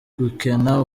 gukena